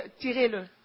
tirez-le